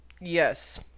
Yes